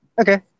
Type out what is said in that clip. Okay